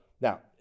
Now